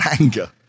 anger